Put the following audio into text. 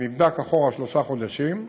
שנבדק אחורה שלושה חודשים.